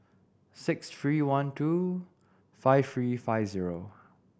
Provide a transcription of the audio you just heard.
six three one two five three five zero